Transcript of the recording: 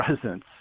presence